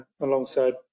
alongside